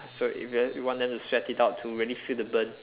so if ya you want them to sweat it out to really feel the burn